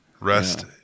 rest